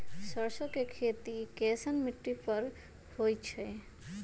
सरसों के खेती कैसन मिट्टी पर होई छाई?